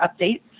updates